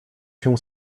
się